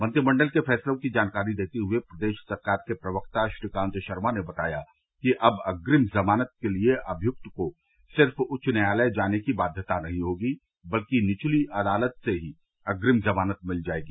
मंत्रिमंडल के फैसलों की जानकारी देते हुए प्रदेश सरकार के प्रवक्ता श्रीकांत शर्मा ने बताया कि अब अग्रिम जमानत के लिए अभियुक्त को सिर्फ उच्च न्यायालय जाने की बाध्यता नहीं होगी बल्कि निचली अदालत से ही अग्रिम जमानत मिल जाएगी